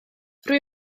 rwy